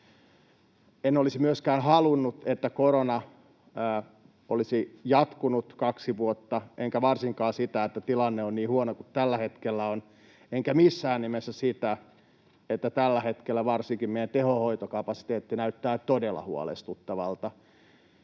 En olisi myöskään halunnut, että korona olisi jatkunut kaksi vuotta, enkä varsinkaan sitä, että tilanne on niin huono kuin tällä hetkellä on, enkä missään nimessä sitä, että tällä hetkellä varsinkin meidän tehohoitokapasiteettimme näyttää todella huolestuttavalta.